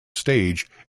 stage